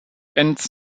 enz